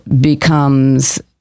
becomes